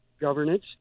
governance